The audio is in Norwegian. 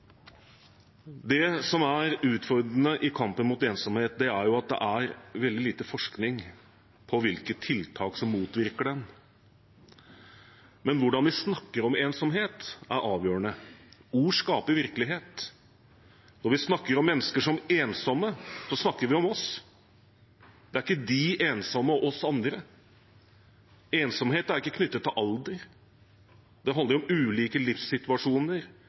Det som er utfordrende i kampen mot ensomhet, er at det er veldig lite forskning på hvilke tiltak som motvirker den. Men hvordan vi snakker om ensomhet, er avgjørende. Ord skaper virkelighet. Når vi snakker om mennesker som ensomme, snakker vi om oss. Det er ikke de ensomme og oss andre. Ensomhet er ikke knyttet til alder. Det handler om ulike livssituasjoner